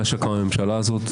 מאז קמה הממשלה הזאת,